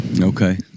Okay